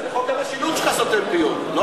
זה חוק המשילות שלך סותם פיות, לא אנחנו.